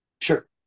Sure